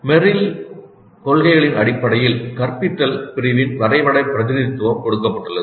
Merrill கொள்கைகளின் அடிப்படையில் கற்பித்தல் பிரிவின் வரைபட பிரதிநிதித்துவம் கொடுக்கப்பட்டுள்ளது